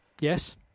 Yes